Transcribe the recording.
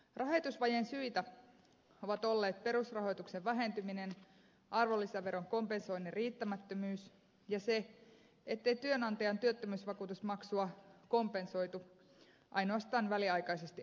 rahoitusvajeen syitä ovat olleet perusrahoituksen vähentyminen arvonlisäveron kompensoinnin riittämättömyys ja se ettei työnantajan työttömyysvakuutusmaksua kompensoitu ainoastaan väliaikaisesti alennettiin